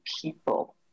people